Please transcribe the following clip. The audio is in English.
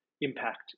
impact